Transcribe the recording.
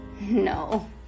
No